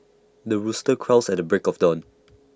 the rooster crows at the break of dawn